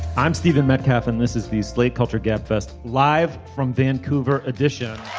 i'm stephen metcalf and this is the slate culture gabfest live from vancouver addition